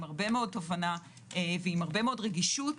הבנה ועם הרבה מאוד רגישות,